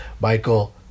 Michael